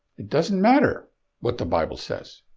it doesn't matter what the bible says.